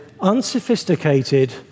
unsophisticated